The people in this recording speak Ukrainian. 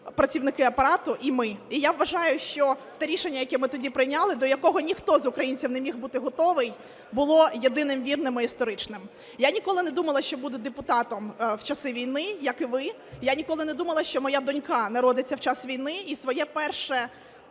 працівники Апарату, і ми. І я вважаю, що те рішення, яке ми тоді прийняли, до якого ніхто з українців не міг бути готовий, було єдиним вірним і історичним. Я ніколи не думала, що буду депутатом в часи війни, як і ви. Я ніколи не думала, що моя донька народиться в час війни і свій перший